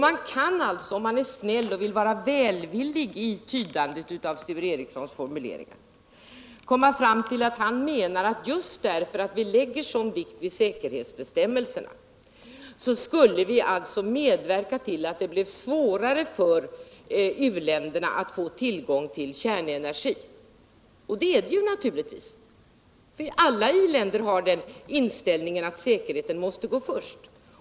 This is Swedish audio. Man kan alltså, om man vill vara välvillig vid tydandet av Sture Ericsons formulering, komma fram till att han menar att just därför att vi lägger en sådan vikt vid säkerhetsbestämmelserna skulle vi medverka till att det blir svårare för u-länderna att få tillgång till kärnenergi. Det är också riktigt att alla i-länder har den inställningen att säkerheten går först.